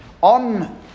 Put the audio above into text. On